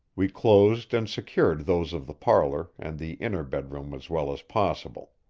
we closed and secured those of the parlor and the inner bedroom as well as possible.